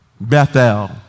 Bethel